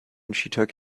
took